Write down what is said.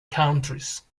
countries